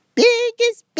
biggest